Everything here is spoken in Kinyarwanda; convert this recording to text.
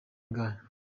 ingahe